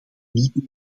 niet